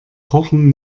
kochen